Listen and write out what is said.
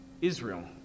Israel